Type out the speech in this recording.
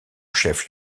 chef